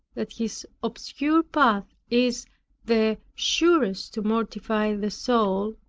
that this obscure path is the surest to mortify the soul,